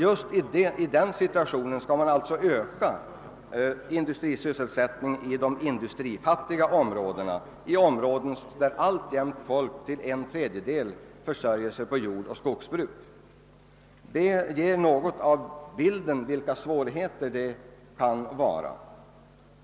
Just i den situationen skall man alltså öka industrisysselsättningen i de industrifattiga områdena, i områden där alltjämt en tredjedel av befolkningen försörjer sig på jordbruk och skogsbruk. Det ger en bild av vilka svårigheter som kan föreligga.